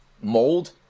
mold